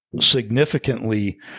significantly